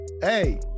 Hey